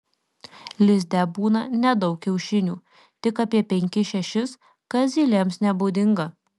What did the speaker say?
lizde būna nedaug kiaušinių tik apie penkis šešis kas zylėms nebūdinga